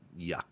yuck